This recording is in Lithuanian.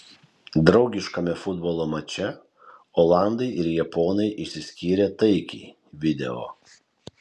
draugiškame futbolo mače olandai ir japonai išsiskyrė taikiai video